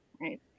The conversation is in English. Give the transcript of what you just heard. right